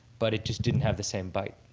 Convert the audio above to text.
but it just didn't have the same bite.